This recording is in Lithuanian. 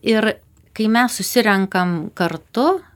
ir kai mes susirenkam kartu